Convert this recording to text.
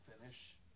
finish